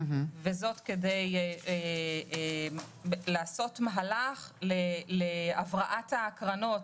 וזאת כדי לעשות מהלך להבראת הקרנות.